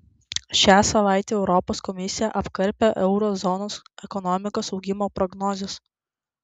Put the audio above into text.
šią savaitę europos komisija apkarpė euro zonos ekonomikos augimo prognozes